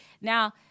Now